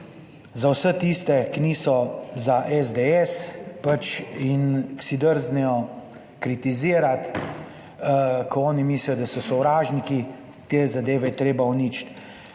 za vse tiste, ki niso za SDS pač in ki si drznejo kritizirati, ko oni mislijo, da so sovražniki. Te zadeve je treba uničiti